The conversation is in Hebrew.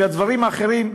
והדברים האחרים,